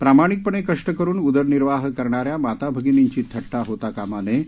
प्रामाणिकपणे कष्ट करून उदरनिर्वाह करणाऱ्या माताभगिनींची थट्टा होता कामा नये